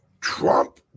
Trump